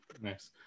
Nice